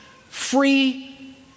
Free